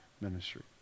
ministry